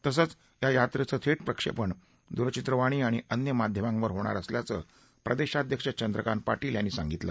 तसंच यात्रेचं थेट प्रक्षेपण दूरचित्रवाणी आणि अन्य माध्यमांवर होणार असल्याचं प्रदेशाध्यक्ष चंद्रकांत पाटील यांनी सांगितलं